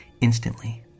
Instantly